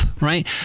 right